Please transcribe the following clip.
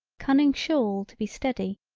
cunning shawl to be steady.